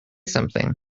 something